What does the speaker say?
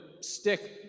stick